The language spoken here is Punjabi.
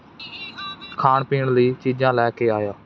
ਖਾਣ ਪੀਣ ਲਈ ਚੀਜ਼ਾਂ ਲੈ ਕੇ ਆਇਆ